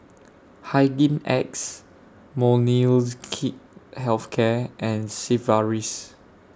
Hygin X Molnylcke Health Care and Sigvaris